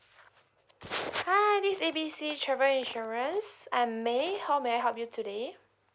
hi this is A B C travel insurance I'm may how may I help you today